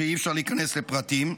שאי-אפשר להיכנס לפרטים שלו,